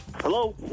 Hello